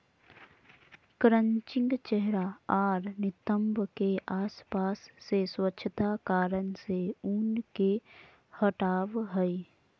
crutching चेहरा आर नितंब के आसपास से स्वच्छता कारण से ऊन के हटावय हइ